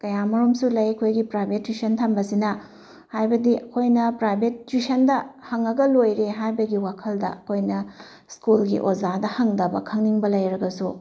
ꯀꯌꯥꯃꯔꯨꯝꯁꯨ ꯂꯩ ꯑꯩꯈꯣꯏꯒꯤ ꯄ꯭ꯔꯥꯏꯚꯦꯠ ꯇ꯭ꯋꯤꯁꯟ ꯊꯝꯕꯁꯤꯅ ꯍꯥꯏꯕꯗꯤ ꯑꯩꯈꯣꯏꯅ ꯄ꯭ꯔꯥꯏꯚꯦꯠ ꯇ꯭ꯋꯤꯁꯟꯗ ꯍꯪꯉꯒ ꯂꯣꯏꯔꯦ ꯍꯥꯏꯕꯒꯤ ꯋꯥꯈꯜꯗ ꯑꯩꯈꯣꯏꯅ ꯁ꯭ꯀꯨꯜꯒꯤ ꯑꯣꯖꯥꯗ ꯍꯪꯗꯕ ꯈꯪꯅꯤꯡꯕ ꯂꯩꯔꯒꯁꯨ